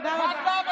תודה רבה.